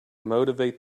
motivate